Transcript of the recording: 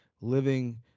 living